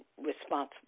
responsible